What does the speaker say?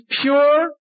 pure